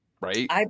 Right